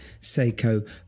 Seiko